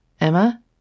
Emma